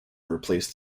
replaced